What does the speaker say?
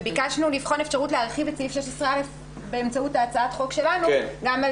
ביקשנו לבחון אפשרות להרחיב את סעיף 16(א) באמצעות הצעת החוק שלנו גם על